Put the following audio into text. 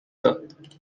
داد